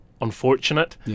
unfortunate